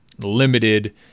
limited